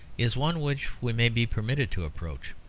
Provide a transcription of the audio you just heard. is one which we may be permitted to approach.